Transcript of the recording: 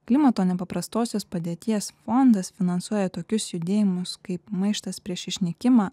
klimato nepaprastosios padėties fondas finansuoja tokius judėjimus kaip maištas prieš išnykimą